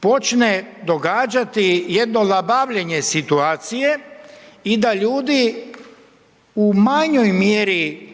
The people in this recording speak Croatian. počne događati jedno labavljenje situacije i da ljudi u manjoj mjeri